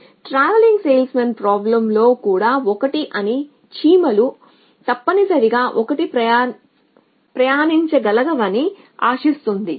TSP లో కూడా 1 అన్ని చీమలు తప్పనిసరిగా 1 ప్రయాణించగలవని ఆశిస్తుంది